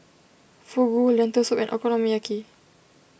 Fugu Lentil Soup and Okonomiyaki